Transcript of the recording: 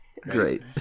great